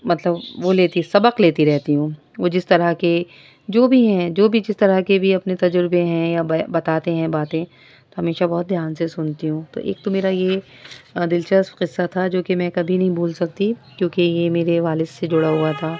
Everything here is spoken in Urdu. مطلب وہ لیتی سبق لیتی رہتی ہوں وہ جس طرح کے جو بھی ہیں جو بھی جس طرح کے بھی اپنے تجربے ہیں یا بتاتے ہیں باتیں تو ہمیشہ بہت دھیان سے سنتی ہوں تو ایک تو میرا یہ دلچسپ قصہ تھا جوکہ میں کبھی نہیں بھول سکتی کیونکہ یہ میرے والد سے جڑا ہوا تھا